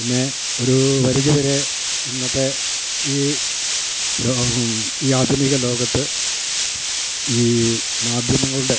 പിന്നെ ഒരു വരുതിവരെ ഇന്നത്തെ ഈ ലോകം ഈ ആധുനിക ലോകത്ത് ഈ മാധ്യമങ്ങളുടെ